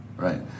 Right